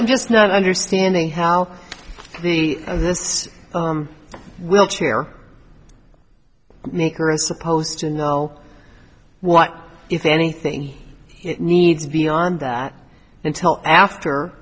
i'm just not understanding how the this wheelchair maker is supposed to know what if anything it needs beyond that until after